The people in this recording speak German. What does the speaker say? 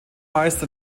meister